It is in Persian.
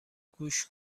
گوش